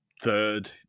third